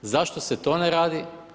Zašto se to ne radi?